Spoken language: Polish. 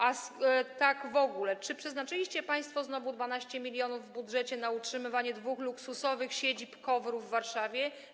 A tak w ogóle czy znowu przeznaczyliście państwo 12 mln w budżecie na utrzymywanie dwóch luksusowych siedzib KOWR-u w Warszawie?